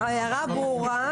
ההערה ברורה.